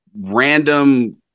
random